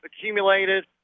accumulated